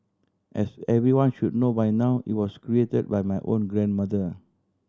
as everyone should know by now it was created by my own grandmother